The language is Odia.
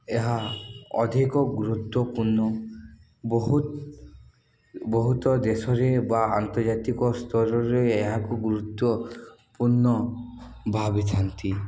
ଏହା ଅଧିକ ଗୁରୁତ୍ୱପୂର୍ଣ୍ଣ ବହୁତ ବହୁତ ଦେଶରେ ବା ଆନ୍ତର୍ଜାତିକ ସ୍ତରରେ ଏହାକୁ ଗୁରୁତ୍ୱପୂର୍ଣ୍ଣ ଭାବିଥାନ୍ତି